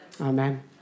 Amen